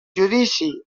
judici